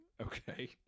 Okay